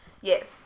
Yes